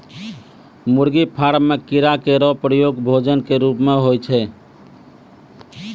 मुर्गी फार्म म कीड़ा केरो प्रयोग भोजन क रूप म होय छै